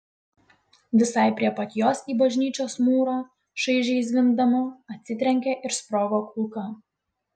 visai prie pat jos į bažnyčios mūrą šaižiai zvimbdama atsitrenkė ir sprogo kulka